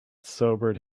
sobered